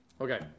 Okay